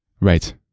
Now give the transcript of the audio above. Right